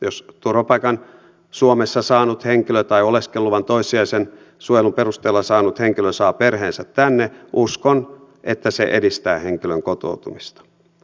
jos turvapaikan suomessa saanut henkilö tai oleskeluluvan toissijaisen suojelun perusteella saanut henkilö saa perheensä tänne uskon että se edistää henkilön kotoutumista